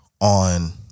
on